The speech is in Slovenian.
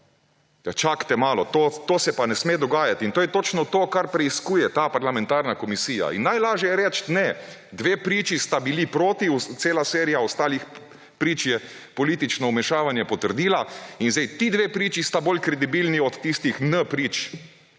čakajte malo, to se pa ne sme dogajati! In to je točno to, kar preiskuje ta parlamentarna komisija. Najlažje je reči: Ne. Dve priči sta bili proti, cela serija ostalih prič je politično vmešavanje potrdila in zdaj, ti dve priči sta bolj kredibilni od tistih n-prič,